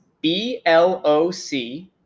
B-L-O-C